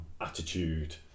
attitude